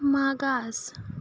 मागास